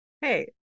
Hey